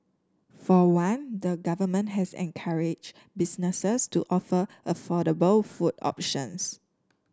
for one the Government has encouraged businesses to offer affordable food options